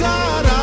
God